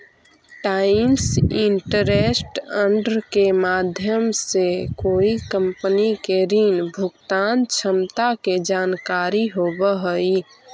times interest earned के माध्यम से कोई कंपनी के ऋण भुगतान क्षमता के जानकारी होवऽ हई